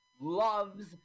loves